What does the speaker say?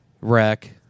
wreck